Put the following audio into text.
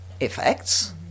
effects